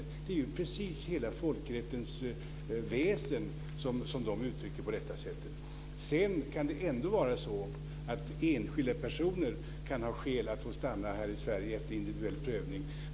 Det är hela folkrättens väsen som de uttrycker på det här sättet. Sedan kan det ändå vara så att enskilda personer kan ha skäl att få stanna här i Sverige efter individuell prövning.